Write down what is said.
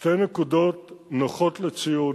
שתי נקודות נוחות לציון,